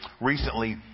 recently